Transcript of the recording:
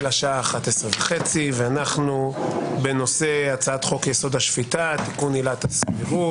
השעה 11:30 ואנחנו בנושא הצעת חוק-יסוד: השפיטה (תיקון עילת הסבירות).